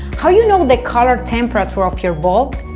how you know the color temperature of your bulb?